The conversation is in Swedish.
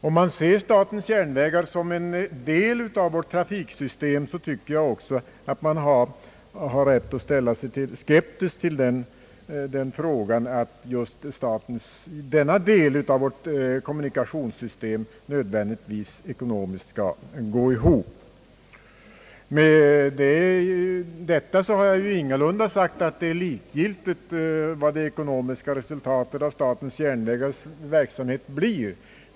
Om man ser SJ som en del av vårt trafiksystem, tycker jag att man har rätt att ställa sig skeptisk till att just denna del av vårt kommunikationssystem nödvändigtvis ekonomiskt skall gå ihop. Med detta har jag ingalunda sagt att det är likgiltigt vad det ekonomiska resultatet av statens järnvägars verksamhet blir.